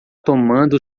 tomando